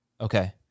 Okay